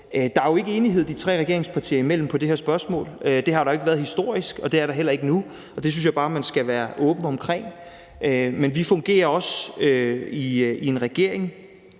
at der jo ikke er enighed imellem de tre regeringspartier om det her spørgsmål. Det har der ikke været historisk, og det er der heller ikke nu. Det synes jeg bare at man skal være åben omkring. Men vi agerer også i en regering;